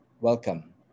welcome